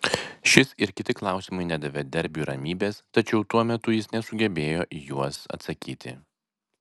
šis ir kiti klausimai nedavė derbiui ramybės tačiau tuo metu jis nesugebėjo į juos atsakyti